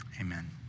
amen